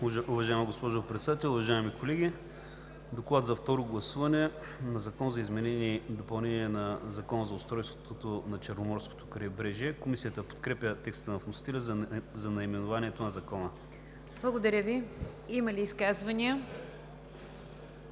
уважаема госпожо Председател. Уважаеми колеги! „Доклад за второ гласуване на Закон за изменение и допълнение на Закона за устройството на Черноморското крайбрежие.“ Комисията подкрепя текста на вносителя за наименованието на Закона. ПРЕДСЕДАТЕЛ НИГЯР ДЖАФЕР: Има ли изказвания?